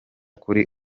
kuri